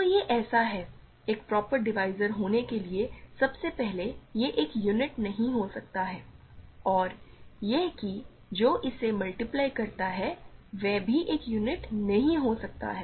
तो यह ऐसा है एक प्रॉपर डिवीज़र होने के लिए सबसे पहले यह एक यूनिट नहीं हो सकता है और यह कि जो इसे मल्टीप्लाई करता है वह भी एक यूनिट नहीं हो सकता है